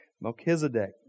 Melchizedek